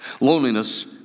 Loneliness